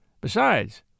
Besides